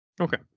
Okay